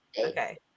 Okay